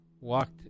walked